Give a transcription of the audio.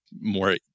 more